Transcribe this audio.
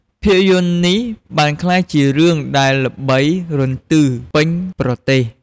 ភាពយន្តនេះបានក្លាយជារឿងដែលល្បីរន្ទឺពេញប្រទេស។